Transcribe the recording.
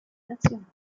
nazionale